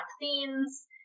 vaccines